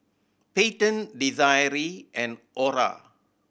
Payton Desiree and Orah